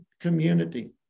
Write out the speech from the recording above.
community